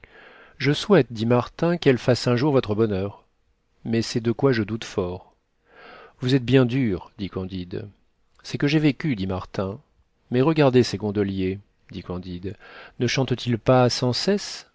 je souhaite dit martin qu'elle fasse un jour votre bonheur mais c'est de quoi je doute fort vous êtes bien dur dit candide c'est que j'ai vécu dit martin mais regardez ces gondoliers dit candide ne chantent ils pas sans cesse